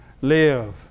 Live